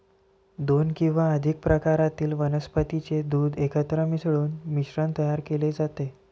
दोन किंवा अधिक प्रकारातील वनस्पतीचे दूध एकत्र मिसळून मिश्रण तयार केले जाते